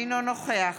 אינו נוכח